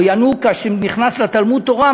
או ינוקא שנכנס לתלמוד-תורה,